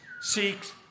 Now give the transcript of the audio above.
seeks